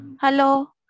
Hello